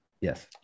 yes